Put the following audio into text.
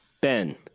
Ben